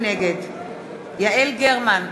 נגד יעל גרמן,